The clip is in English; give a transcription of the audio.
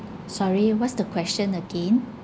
sorry what's the question again